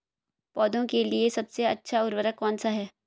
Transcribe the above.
पौधों के लिए सबसे अच्छा उर्वरक कौन सा है?